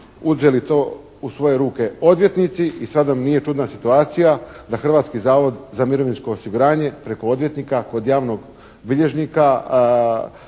uzeli to u svoje ruke odvjetnici i sada nije čudna situacija da Hrvatski zavod za mirovinsko osiguranje preko odvjetnika, kod javnog bilježnika